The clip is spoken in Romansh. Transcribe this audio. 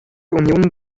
uniun